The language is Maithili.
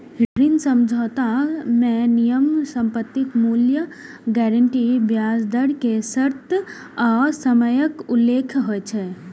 ऋण समझौता मे नियम, संपत्तिक मूल्य, गारंटी, ब्याज दर के शर्त आ समयक उल्लेख होइ छै